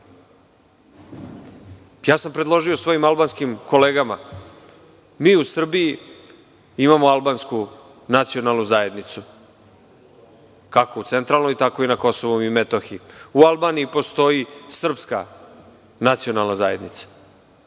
zemlji. Predložio sam svojim albanskim kolegama – mi u Srbiji imamo albansku nacionalnu zajednicu, kako u centralnoj, tako i na Kosovu i Metohiji, u Albaniji postoji srpska nacionalna zajednica,